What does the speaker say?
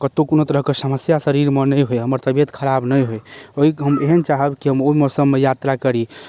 कतौ कोनो तरहके समस्या शरीरमे नहि होइ हमर तबियत खराब नहि होइ हम एहन चाहब कि हम ओइ मौसममे यात्रा करी